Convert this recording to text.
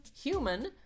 human